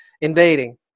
invading